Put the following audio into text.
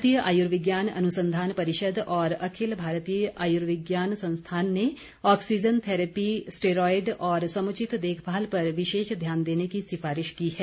भारतीय आयुर्विज्ञान अनुसंधान परिषद और अखिल भारतीय आयुर्विज्ञान संस्थान ने ऑक्सीजन थेरैपी स्टेरॉयड और समुचित देखभाल पर विशेष ध्यान देने की सिफारिश की है